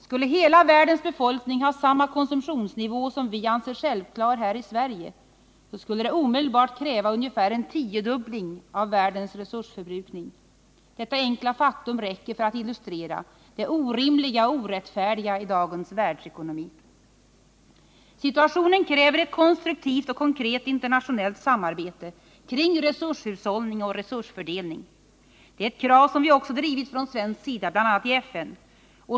Skulle hela världens befolkning ha samma konsumtionsnivå som vi anser självklar här i Sverige så skulle det omedelbart kräva ungefär en tiodubbling av världens resursförbrukning. Detta enkla faktum räcker för att illustrera det orimliga och orättfärdiga i dagens världsekonomi. Situationen kräver ett konstruktivt och konkret internationellt samarbete kring resurshushållning och resursfördelning. Det är ett krav som vi också drivit från svensk sida, bl.a. i FN.